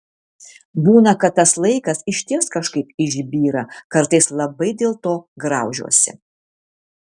būna kad tas laikas išties kažkaip išbyra kartais labai dėlto graužiuosi